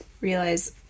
realize